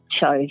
chose